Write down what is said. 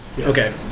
Okay